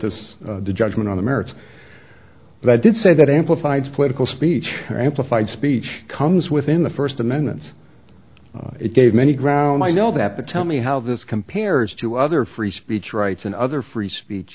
this judgment on the merits but i did say that amplified political speech or amplified speech comes within the first amendment it gave many ground i know that the tell me how this compares to other free speech rights and other free speech